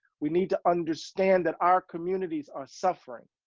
we need to understand that our communities are suffering.